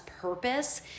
purpose